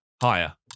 Higher